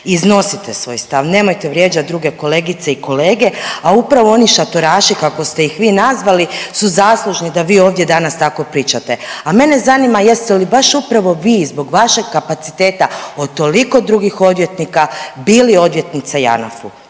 Iznosite svoj stav, nemojte vrijeđati druge kolegice i kolege, a upravo oni šatoraši, kako ste ih vi nazvali su zaslužni da vi ovdje danas tako pričate, a mene zanima, jeste li baš upravo vi zbog vašeg kapaciteta od toliko drugih odvjetnika bili odvjetnica Janafu,